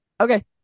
Okay